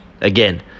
again